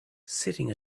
sitting